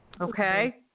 okay